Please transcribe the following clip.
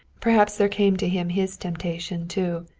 perhaps there came to him his temptation too.